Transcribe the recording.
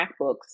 MacBooks